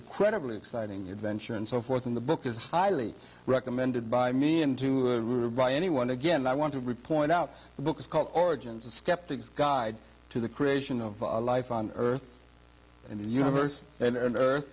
incredibly exciting adventure and so forth and the book is highly recommended by me into a room by anyone again i want to report out the book's called origins of skeptics guide to the creation of life on earth and universe and earth